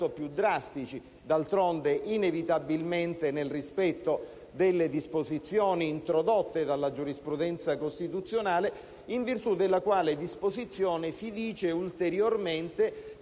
più drastici, inevitabilmente nel rispetto delle disposizioni introdotte dalla giurisprudenza costituzionale, in virtù delle quali si dice, ulteriormente,